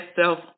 self